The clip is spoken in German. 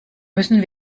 müssen